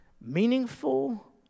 meaningful